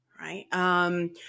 right